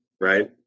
Right